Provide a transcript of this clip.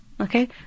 Okay